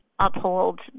uphold